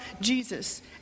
Jesus